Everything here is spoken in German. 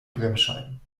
bremsscheiben